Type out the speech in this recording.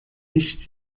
nicht